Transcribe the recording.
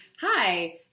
hi